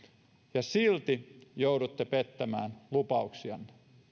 ja silti joudutte pettämään lupauksianne